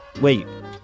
wait